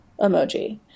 emoji